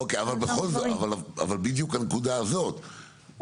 אוקי אבל בדיוק הנקודה הזאת,